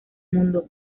mundo